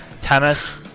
tennis